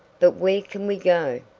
but where can we go?